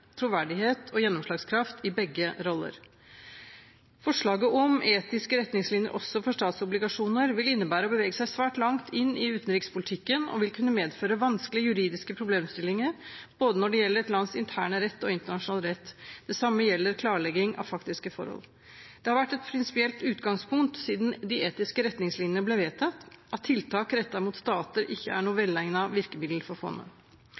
troverdighet og gjennomslagskraft i begge roller. Forslaget om etiske retningslinjer også for statsobligasjoner vil innebære å bevege seg svært langt inn i utenrikspolitikken, og vil kunne medføre vanskelige juridiske problemstillinger både når det gjelder et lands interne rett og internasjonal rett. Det samme gjelder klarlegging av faktiske forhold. Det har vært et prinsipielt utgangspunkt siden de etiske retningslinjene ble vedtatt, at tiltak rettet mot stater ikke er noe velegnet virkemiddel for fondet.